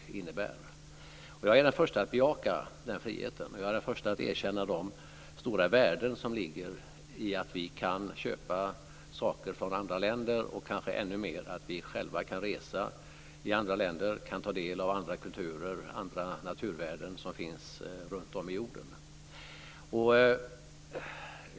Jag är den första att bejaka den friheten. Jag är den första att erkänna de stora värden som ligger i att vi kan köpa saker från andra länder och kanske ännu mer i att vi själva kan resa i andra länder och ta del av andra kulturer och andra naturvärden som finns runtom på jorden.